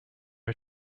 are